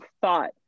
thought